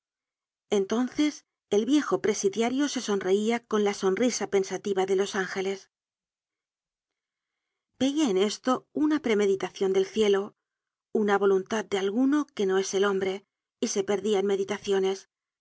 entonces el viejo presidiario se sonreía con la sonrisa pensativa de los ángeles veia en esto una premeditacion del cielo una voluntad de alguno que no es el hombre y se perdia en meditaciones